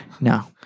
No